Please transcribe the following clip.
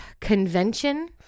convention